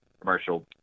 commercial